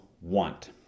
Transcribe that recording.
want